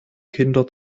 kinder